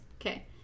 Okay